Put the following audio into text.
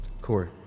Corey